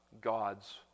God's